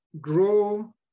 grow